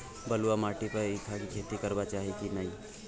बलुआ माटी पर ईख के खेती करबा चाही की नय?